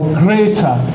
greater